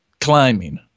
climbing